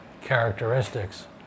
characteristics